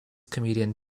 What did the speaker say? comedians